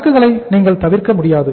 சரக்குகளை நீங்கள் தவிர்க்கமுடியாது